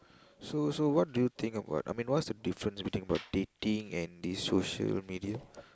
so so what do you think about I mean what's the difference between about dating and this social media